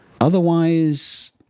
Otherwise